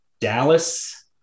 Dallas